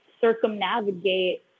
circumnavigate